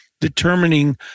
determining